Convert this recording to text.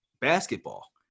basketball